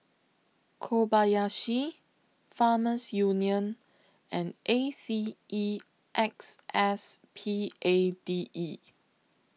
Kobayashi Farmers Union and A C E X S P A D E